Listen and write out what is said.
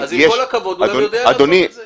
ואז הוא גם יודע לעשות את זה.